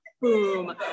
boom